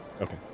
Okay